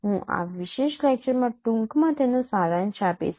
હું આ વિશેષ લેક્ચરમાં ટૂંકમાં તેનો સારાંશ આપીશ